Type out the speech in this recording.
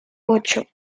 ocho